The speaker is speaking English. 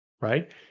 right